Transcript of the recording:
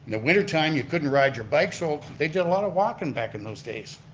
the wintertime you couldn't ride your bike so they did a lot of walkin' back in those days.